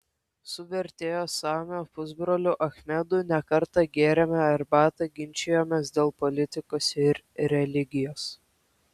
su vertėjo samio pusbroliu achmedu ne kartą gėrėme arbatą ginčijomės dėl politikos ir religijos